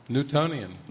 Newtonian